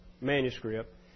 manuscript